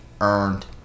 earned